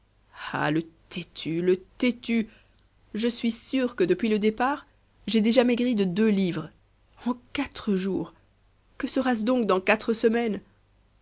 ah le têtu le têtu je suis sûr que depuis le départ j'ai déjà maigri de deux livres en quatre jours que sera-ce donc dans quatre semaines